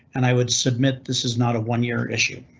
and i would submit this is not a one year issue.